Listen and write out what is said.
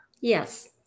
Yes